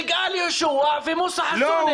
יגאל יהושע ומוסא חסונה.